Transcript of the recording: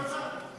עזבתי אותך?